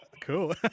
Cool